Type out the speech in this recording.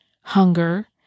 hunger